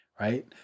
right